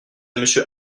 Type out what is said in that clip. monsieur